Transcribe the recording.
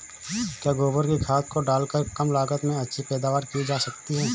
क्या गोबर की खाद को डालकर कम लागत में अच्छी पैदावारी की जा सकती है?